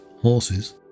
horses